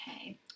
Okay